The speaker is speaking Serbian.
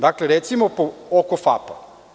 Dakle, recimo oko FAP.